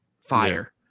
fire